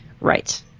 Right